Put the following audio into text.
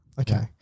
Okay